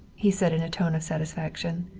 he said in a tone of satisfaction.